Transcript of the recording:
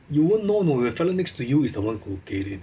you won't know know the fellow next to you is the one who get it